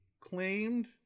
claimed